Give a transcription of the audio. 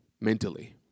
mentally